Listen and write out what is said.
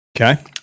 okay